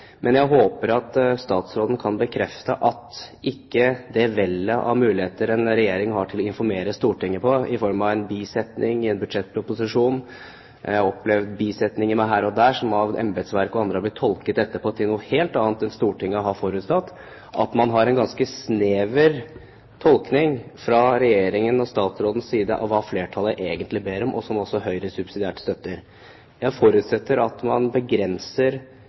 Men jeg håper at statsråden kan bekrefte at ikke det vel av muligheter en regjering har å informere Stortinget på, i form av en bisetning i en budsjettproposisjon – jeg har opplevd bisetninger meg her og der – som av embetsverket og andre har blitt tolket etterpå til noe helt annet enn Stortinget har forutsatt, at man har en ganske snever tolkning fra Regjeringen og statsrådens side av hva flertallet egentlig ber om, og som også Høyre subsidiært støtter. Jeg forutsetter at man begrenser